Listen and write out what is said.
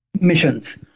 missions